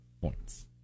points